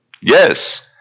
Yes